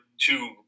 two